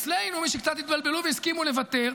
אצלנו מי שקצת התבלבלו והסכימו לוותר,